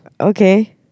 Okay